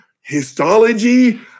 histology